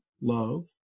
love